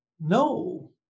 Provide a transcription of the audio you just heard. No